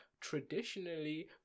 traditionally